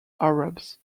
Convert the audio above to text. arabs